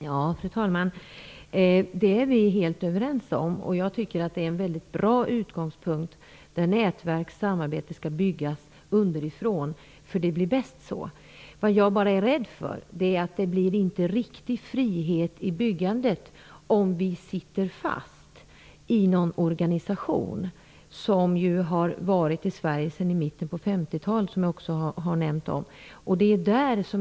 Fru talman! Vi är helt överens om detta. Jag tycker att det är en mycket bra utgångspunkt att nätverkssamarbete skall byggas underifrån, eftersom det blir bäst så. Vad jag är rädd för är att det inte blir någon riktig frihet i byggandet, om vi sitter fast i en organisation vilken, som jag har nämnt, har funnits i Sverige sedan mitten av 50-talet.